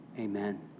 amen